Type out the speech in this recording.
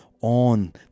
on